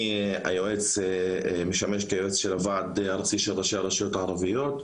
אני משמש יועץ הוועד הארצי של ראשי הרשויות הערביות.